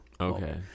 Okay